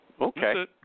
Okay